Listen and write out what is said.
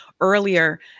earlier